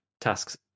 tasks